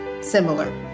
similar